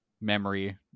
memory